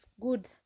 good